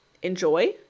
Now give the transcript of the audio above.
Enjoy